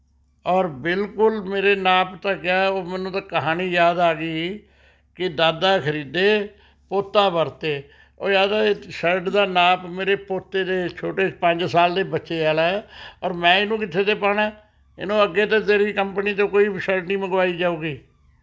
ਔਰ ਬਿਲਕੁਲ ਮੇਰੇ ਨਾਪ ਤਾਂ ਕਿਆ ਉਹ ਮੈਨੂੰ ਤਾਂ ਕਹਾਣੀ ਯਾਦ ਆ ਗਈ ਕਿ ਦਾਦਾ ਖਰੀਦੇ ਪੋਤਾ ਵਰਤੇ ਉਹ ਜਾਂ ਤਾਂ ਇਹ ਸ਼ਰਟ ਦਾ ਨਾਪ ਮੇਰੇ ਪੋਤੇ ਦੇ ਛੋਟੇ ਪੰਜ ਸਾਲ ਦੇ ਬੱਚੇ ਵਾਲਾ ਹੈ ਔਰ ਮੈਂ ਇਹਨੂੰ ਕਿੱਥੇ ਤੋਂ ਪਾਉਣਾ ਹੈ ਇਹਨੂੰ ਅੱਗੇ ਤੋਂ ਤੇਰੀ ਕੰਪਨੀ ਤੋਂ ਕੋਈ ਵੀ ਸ਼ਰਟ ਨਹੀਂ ਮੰਗਵਾਈ ਜਾਉਗੀ